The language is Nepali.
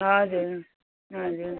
हजुर हजुर